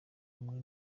umwe